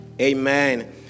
amen